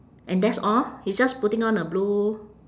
and that's all he's just putting on a blue